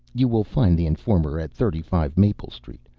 you will find the informer at thirty-five maple street.